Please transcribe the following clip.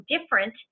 different